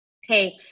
Hey